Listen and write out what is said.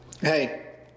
Hey